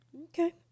Okay